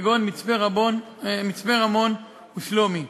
כגון מצפה-רמון ושלומי.